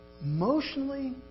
Emotionally